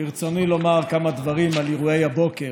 ברצוני לומר כמה דברים על אירועי הבוקר: